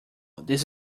this